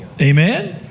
Amen